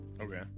Okay